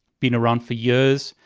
been around for years.